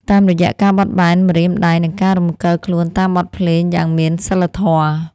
តាមរយៈការបត់បែនម្រាមដៃ និងការរំកិលខ្លួនតាមបទភ្លេងយ៉ាងមានសីលធម៌។